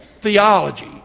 theology